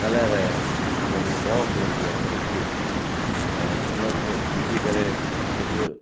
ॻाल्हाए रहिया आहिनि उनजी मोहक हूंदी आहे खुशबू ऐं उनखे ॾिसी करे हिक